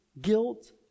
guilt